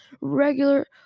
regular